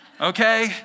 okay